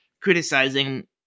criticizing